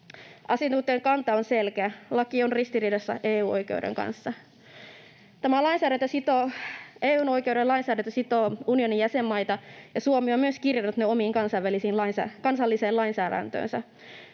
Asiantuntijoiden kanta on selkeä: laki on ristiriidassa EU-oikeuden kanssa. EU-oikeuden lainsäädäntö sitoo unionin jäsenmaita, ja Suomi on myös kirjannut sen omaan kansalliseen lainsäädäntöönsä.